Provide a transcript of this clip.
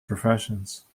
professions